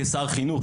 כשר החינוך,